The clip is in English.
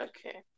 Okay